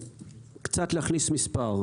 קצת להכניס מספר,